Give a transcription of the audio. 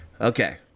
Okay